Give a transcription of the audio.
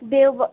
দেওবাৰ